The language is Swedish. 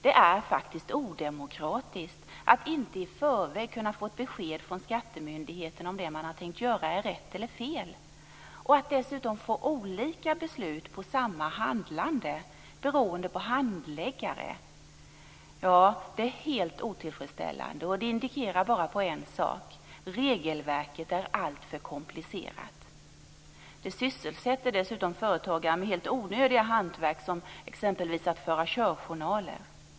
Det är odemokratiskt att inte i förväg kunna få ett besked från skattemyndigheten om det man har tänkt göra är rätt eller fel. Att dessutom få olika beslut på samma handlande beroende på handläggare är helt otillfredsställande, och det indikerar bara en sak: regelverket är alltför komplicerat. Det sysselsätter dessutom företagare med helt onödigt hantverk, som exempelvis att föra körjournaler.